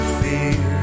fear